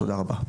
תודה רבה.